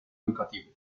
educativo